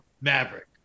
Maverick